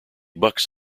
bucks